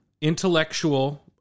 intellectual